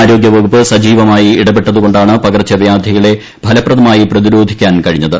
ആരോഗ്യവകുപ്പ് സജീവമായി ഇടപെട്ടതുകൊണ്ടാണ് പകർച്ചവ്യാധികളെ ഫലപ്രദമായി പ്രതിരോധിക്കാൻ കഴിഞ്ഞത്